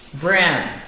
brim